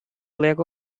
lack